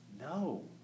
no